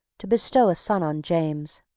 to bestow a son on james.